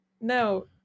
no